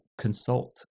consult